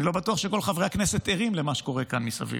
אני לא בטוח שכל חברי הכנסת ערים למה שקורה כאן מסביב,